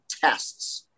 tests